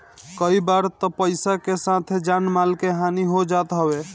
कई बार तअ पईसा के साथे जान माल के हानि हो जात हवे